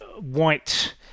white